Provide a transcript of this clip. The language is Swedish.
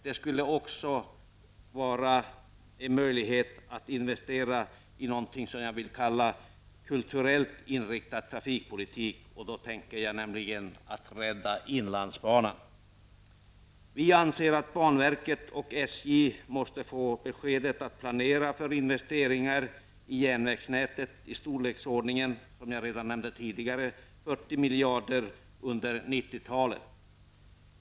Det skulle också vara möjligt att investera i vad jag skulle vilja kalla kulturellt inriktad trafikpolitik. Jag tänker då på möjligheten att rädda inlandsbanan. Vi anser att banverket och SJ, som jag tidigare nämnde, måste få planera för investeringar i järnvägsnätet i storleksordningen 40 miljarder kronor under 90-talet.